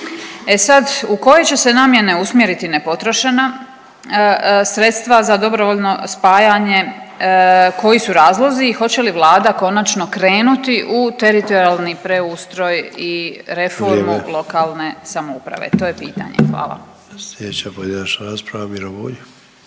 E sad u koje će se namjene usmjeriti nepotrošena sredstva za dobrovoljno spajanje, koji su razlozi i hoće li Vlada konačno krenuti u teritorijalni preustroj i reformu…/Upadica Sanader: Vrijeme/…lokalne samouprave? To je